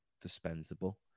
dispensable